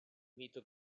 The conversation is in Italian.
mito